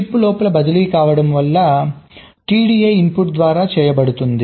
chip లోపల బదిలీ కావడం వలన TDI ఇన్పుట్ ద్వారా చేయబడుతుంది